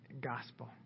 gospel